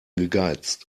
gegeizt